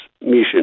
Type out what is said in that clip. mission